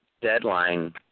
Deadline